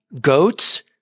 goats